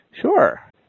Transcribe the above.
Sure